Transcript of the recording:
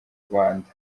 rwanda